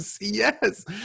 yes